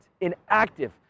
inactive